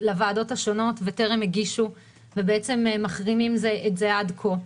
לוועדות השונות וטרם הגישו ומחרימים את זה עד כה.